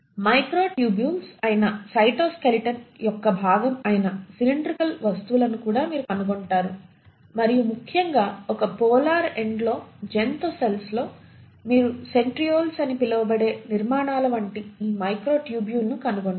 microtubules అయిన cytoskeleton యొక్క భాగం అయిన సిలిండ్రికల్ వస్తువులను కూడా మీరు కనుగొంటారు మరియు ముఖ్యంగా ఒక పోలార్ ఎండ్ లో జంతు సెల్స్ లో మీరు సెంట్రియోల్స్ అని పిలువబడే నిర్మాణాల వంటి ఈ మైక్రోటూబ్యూల్ను కనుగొంటారు